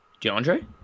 DeAndre